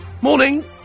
Morning